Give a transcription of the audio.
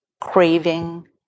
craving